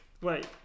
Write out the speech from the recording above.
Wait